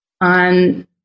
on